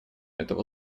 этого